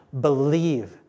believe